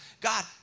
God